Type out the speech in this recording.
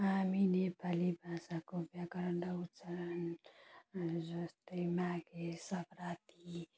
हामी नेपाली भाषाको व्याकरण र उच्चारण जस्तै माघे सङ्क्रान्ति